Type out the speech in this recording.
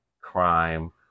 crime